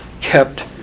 kept